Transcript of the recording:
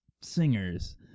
singers